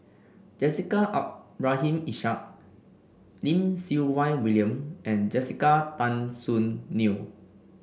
Jessica Abdul Rahim Ishak Lim Siew Wai William and Jessica Tan Soon Neo